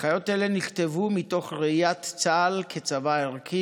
הנחיות אלה נכתבו מתוך ראיית צה"ל כצבא ערכי